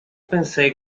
pensei